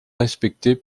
respecter